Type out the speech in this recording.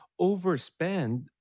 overspend